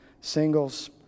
singles